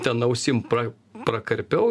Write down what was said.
ten ausim pra prakarpiau